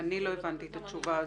אני לא הבנתי את התשובה הזאת.